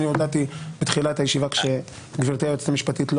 אני הודעתי בתחילת הישיבה כאשר גברתי היועצת המשפטית לא